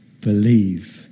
believe